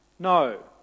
No